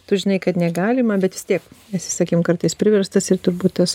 tu žinai kad negalima bet vis tiek esi sakym kartais priverstas ir turbūt tas